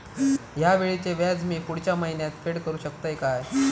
हया वेळीचे व्याज मी पुढच्या महिन्यात फेड करू शकतय काय?